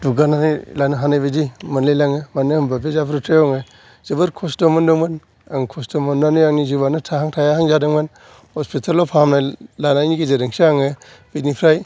दुगानानै लानो हानाय बादि मोनलाय लाङो मानो होनबा बे जाब्रबथायाव आङो जोबोद खस्थ' मोनदोंमोन आं खस्थ' मोननै आंनि जिउयानो थाहां थायाहां जादोंमोन हसपितेलाव फाहामथाय लानायनि गेजेरजोंसो आङो बेनिफ्राय